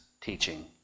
teaching